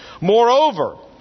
Moreover